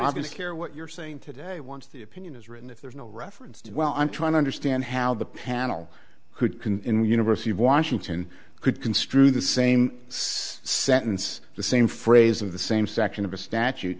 obvious care what you're saying today once the opinion is written if there's no reference to well i'm trying to understand how the panel could university of washington could construe the same sentence the same phrase of the same section of a statute